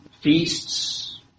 feasts